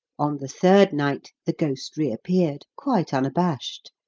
on the third night, the ghost reappeared, quite unabashed,